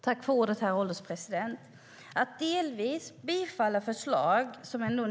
Herr ålderspresident! Att delvis bifalla förslag är vi tveksamma till.